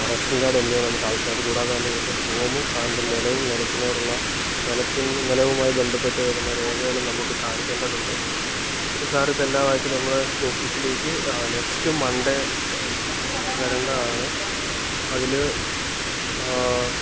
ration card എന്നിവ നമുക്കാവശ്യം അതുകൂടാതെന്നെ നമുക്കിതിൻ്റെ ഫോമും സാറിൻ്റെ നിലവും നിലത്തിനോടുള്ള നിലത്തിൻ നിലവുമായി ബന്ധപ്പെട്ട് വരുന്ന രേഖകൾ നമുക്ക് കാണിക്കേണ്ടതുണ്ട് അപ്പോൾ സാർ ഇതെല്ലാമായിട്ട് നമ്മുടെ ഓഫീസിലേക്ക് നെക്സ്റ്റ് മണ്ടേ വരേണ്ടതാണ് അതിൽ